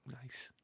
nice